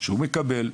שהוא מקבל,